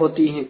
होती है